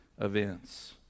events